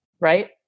Right